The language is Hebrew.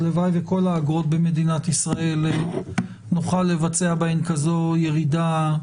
הלוואי שבכל האגרות במדינת ישראל נוכל לבצע כזו ירידה.